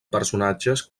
personatges